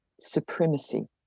supremacy